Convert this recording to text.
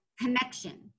connection